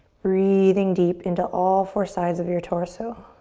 breathing deep into all four sides of your torso.